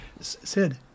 Sid